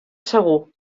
segur